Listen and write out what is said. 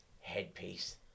headpiece